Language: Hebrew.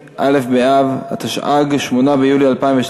אין מתנגדים, אין נמנעים.